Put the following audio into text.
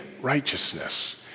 righteousness